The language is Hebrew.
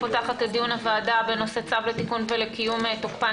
אני פותחת את דיון הוועדה בנושא צו לתיקון ולקיום תוקפן